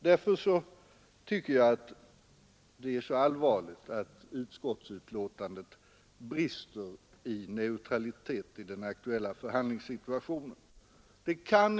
Därför tycker jag att det är allvarligt att utskottsbetänkandet brister i neutralitet i den aktuella förhandlingssituationen.